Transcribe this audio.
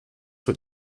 what